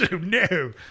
No